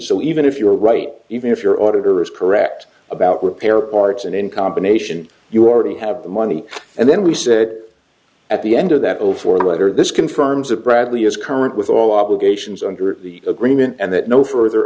so even if you're right even if you're auditor is correct about repair parts and in combination you already have the money and then we said at the end of that over for a letter this confirms that bradley is current with all obligations under the agreement and that no further